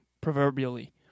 proverbially